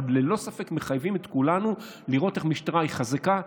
אבל ללא ספק הם מחייבים את כולנו לראות איך המשטרה היא חזקה,